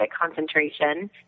concentration